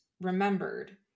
remembered